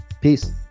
Peace